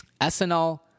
SNL